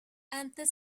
antes